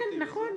נכון.